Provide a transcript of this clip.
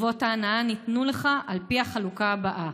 טובות ההנאה ניתנו לך על פי החלוקה הבאה: